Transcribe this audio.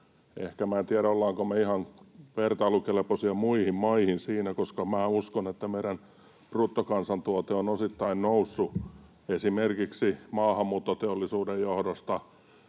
en tiedä, ollaanko me siinä ihan vertailukelpoisia muihin maihin, koska minä uskon, että meidän bruttokansantuote on osittain noussut esimerkiksi maahanmuuttoteollisuuden johdosta